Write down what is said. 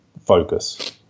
focus